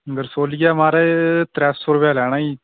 गरसोलिया म्हाराज त्रै सौ रपेआ लैना ई